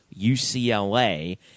UCLA